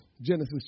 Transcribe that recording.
Genesis